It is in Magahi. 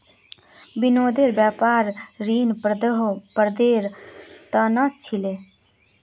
विनोदेर व्यापार ऋण पंद्रह वर्षेर त न छिले